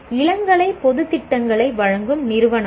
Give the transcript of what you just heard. இளங்கலை பொது திட்டங்களை வழங்கும் நிறுவனங்கள்